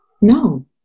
No